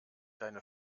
deine